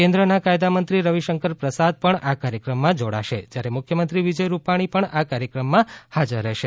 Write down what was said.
કેન્દ્રના કાયદા મંત્રી રવિશંકર પ્રસાદ પણ આ કાર્યક્રમમાં જોડાશે જ્યા રે મુખ્યમંત્રી વિજય રૂપાણી પણ આ કાર્યક્રમમાં હાજર રહેશે